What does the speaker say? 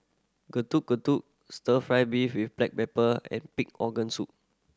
Getuk Getuk Stir Fry beef with black pepper and pig organ soup